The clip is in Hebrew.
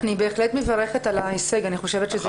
אני בהחלט מברכת את ההישג, אני חושבת שזה